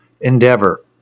endeavor